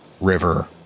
river